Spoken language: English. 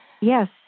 Yes